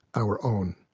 our own.